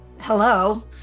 hello